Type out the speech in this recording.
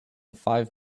five